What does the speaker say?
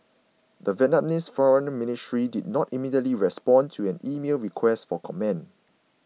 the Vietnamese foreign ministry did not immediately respond to an emailed request for comment